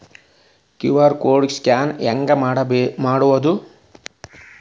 QR code scan ಹೆಂಗ್ ಮಾಡೋದು?